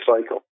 cycle